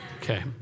Okay